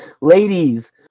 ladies